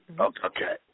Okay